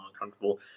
uncomfortable